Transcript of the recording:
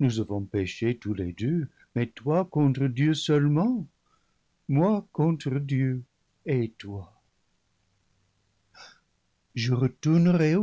nous avons péché tous les deux mais toi contre dieu seulement moi contre dieu et toi je retournerai